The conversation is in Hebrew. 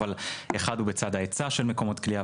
אבל אחד הוא בצד ההיצע של מקומות כליאה,